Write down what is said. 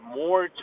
more